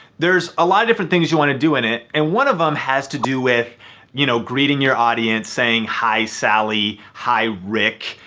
there's a lot of different things you wanna do in it, and one of them has to do with you know greeting your audience. saying, hi sally, hi rick,